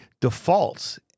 defaults